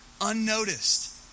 unnoticed